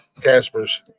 Caspers